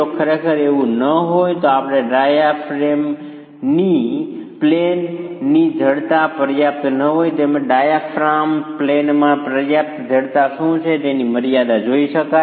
જો ખરેખર એવું ન હોય તો આપણે ડાયાફ્રેમની પ્લેન જડતા પર્યાપ્ત ન હોય તેમજ ડાયફ્રામની પ્લેનમાં પર્યાપ્ત જડતા શું છે તેની મર્યાદા જોઈ શકાય